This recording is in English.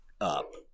up